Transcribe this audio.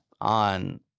on